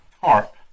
tarp